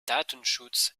datenschutz